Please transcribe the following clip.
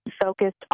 focused